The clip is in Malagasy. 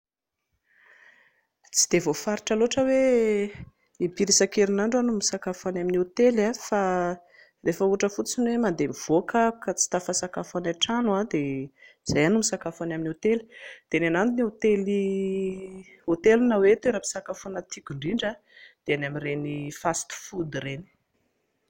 Tsy dia voafaritra loatra hoe impiry isan-kerinandro aho no misakafo any amin'ny hotely fa rehefa ohatra fotsiny hoe mandeha mivoaka aho ka tsy tafasakafo any an-trano dia izay aho no misakafo any amin'ny hotely. Dia ny ahy ny hotely na toeram-pisakafoanana tiako indrindra dia eny amin'ireny fast food ireny